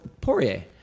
Poirier